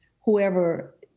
whoever